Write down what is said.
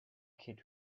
kid